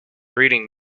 breeding